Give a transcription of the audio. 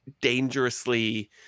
dangerously